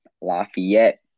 Lafayette